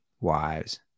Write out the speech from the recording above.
wives